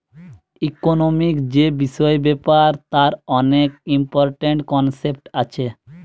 economic যে বিষয় ব্যাপার তার অনেক ইম্পরট্যান্ট কনসেপ্ট আছে